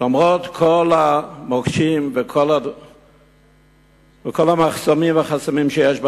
למרות כל המוקשים וכל החסמים שיש בדרך.